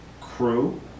crew